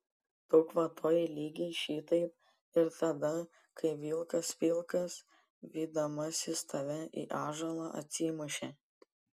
tu kvatojai lygiai šitaip ir tada kai vilkas pilkas vydamasis tave į ąžuolą atsimušė